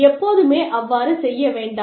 எப்போதுமே அவ்வாறு செய்ய வேண்டாம்